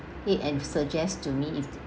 it and suggest to me